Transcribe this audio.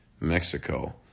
Mexico